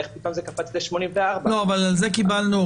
איך פתאום זה קפץ ל-84?